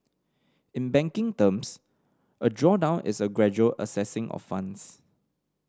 in banking terms a drawdown is a gradual accessing of funds